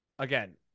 Again